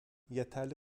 yeterli